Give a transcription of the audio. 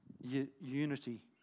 unity